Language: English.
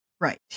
Right